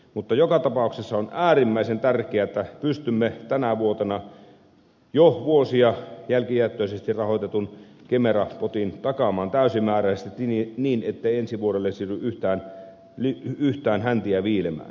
mutta joka tapauksessa on äärimmäisen tärkeää että pystymme tänä vuonna jo vuosia jälkijättöisesti rahoitetun kemera potin takaamaan täysimääräisesti niin ettei ensi vuodelle siirry yhtään häntiä viilemään